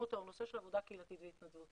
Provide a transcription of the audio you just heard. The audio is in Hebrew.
אותו הוא הנושא של עבודה קהילתית בהתנדבות.